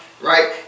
Right